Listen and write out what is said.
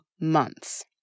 months